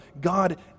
God